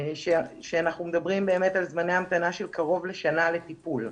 אנחנו מדברים על זמני המתנה של קרוב לשנה לטיפול.